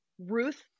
Ruth